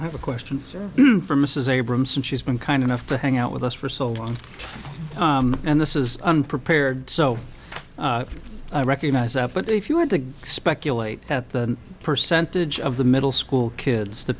i have a question for mrs abramson she's been kind enough to hang out with us for so long and this is unprepared so i recognize up but if you had to speculate that the percentage of the middle school kids to